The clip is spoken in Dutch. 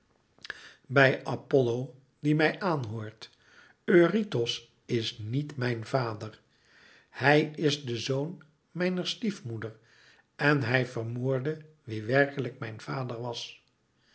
bij apollo die mij aanhoort eurytos is niet mijn vader hij is de zoon mijner stiefmoeder en hij vermoordde wie werkelijk mij vader was